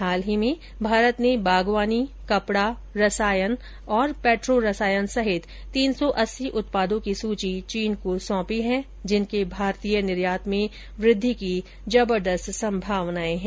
हाल ही में भारत ने बागवानी कपड़ा रसायन और पैट्रो रसायन सहित तीन सौ अस्सी उत्पादों की सूची चीन को सौंपी है जिनके भारतीय निर्यात में वृद्धि की जबरदस्त संभावनाएं हैं